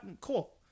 Cool